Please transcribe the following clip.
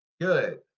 Good